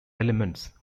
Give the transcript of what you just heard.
elements